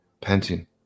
panting